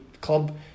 club